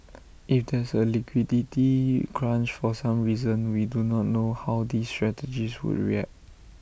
if there's A liquidity crunch for some reason we do not know how these strategies would react